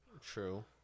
True